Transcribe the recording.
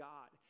God